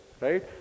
right